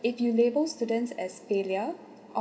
if you label students as failure